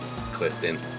Clifton